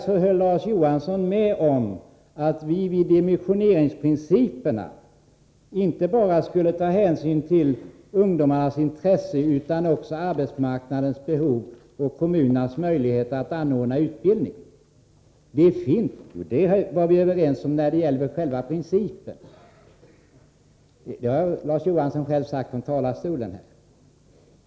Tidigare höll Larz Johansson med om att vi beträffande dimensioneringsprinciperna skulle ta hänsyn till inte bara ungdomarnas intressen utan också arbetsmarknadens behov och kommunernas möjligheter att anordna utbildning. Det var vi överens om när det gällde själva principen. Det har Larz Johansson själv sagt från kammarens talarstol.